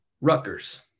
Rutgers